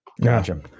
Gotcha